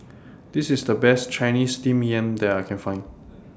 This IS The Best Chinese Steamed Yam that I Can Find